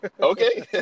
Okay